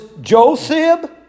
Joseph